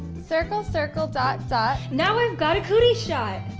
circle, circle, dot dot, now i've got a cootie shot.